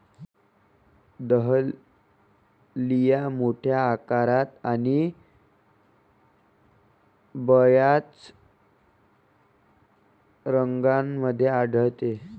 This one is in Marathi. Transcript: दहलिया मोठ्या आकारात आणि बर्याच रंगांमध्ये आढळते